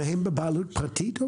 הם בבעלות פרטית?